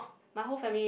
my whole family